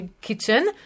kitchen